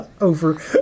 over